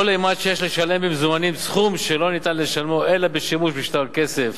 כל אימת שיש לשלם במזומנים סכום שלא ניתן לשלמו אלא בשימוש בשטר כסף